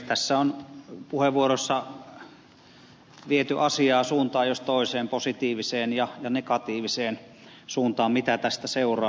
tässä on puheenvuoroissa viety asiaa suuntaan jos toiseen positiiviseen ja negatiiviseen suuntaan että mitä tästä seuraa